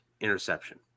Interception